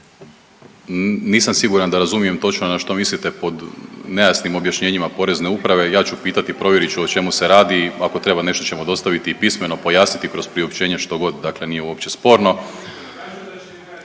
Nisam siguran da razumijem točno na što mislite pod nejasnim objašnjenjima Porezne uprave. Ja ću pitati, provjerit ću o čemu se radi. Ako treba nešto ćemo dostaviti i pismeno, pojasniti kroz priopćenje što god, dakle nije uopće sporno.